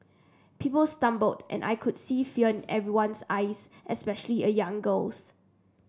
people stumbled and I could see fear everyone's eyes especially a young girl's